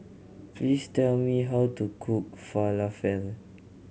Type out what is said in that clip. please tell me how to cook Falafel